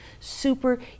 super